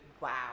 Wow